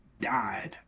died